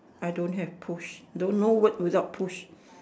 I don't have push the no word without push